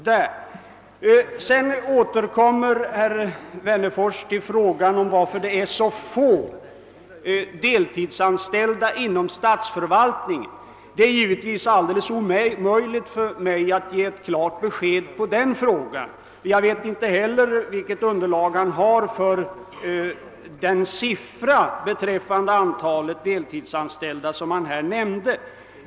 Herr Wennerfors återkom till frågan om varför så få är deltidsanställda inom statsförvaltningen. Det är givetvis alldeles omöjligt för mig att ge ett klart svar på den frågan. Jag vet inte heller vilket underlag herr Wennerfors har för den siffra beträffande antalet deltidsanställda som han nämnde.